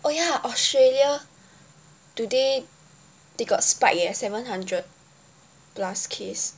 oh yeah Australia today they got spike eh seven hundred plus case